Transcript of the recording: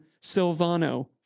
Silvano